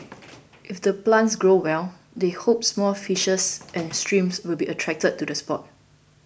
if the plants grow well they hope small fishes and shrimps will be attracted to the spot